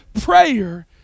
Prayer